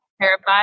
terrified